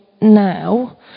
now